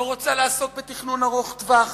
לא רוצה לעסוק בתכנון ארוך טווח.